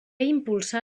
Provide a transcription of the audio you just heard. impulsà